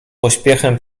pośpiechem